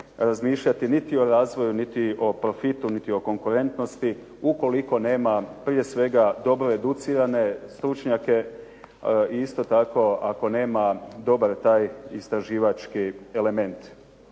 razmišljati niti o razvoju, niti o profitu, niti o konkurentnosti ukoliko nema prije svega dobro educirane stručnjake i isto tako ako nema dobar taj istraživački element.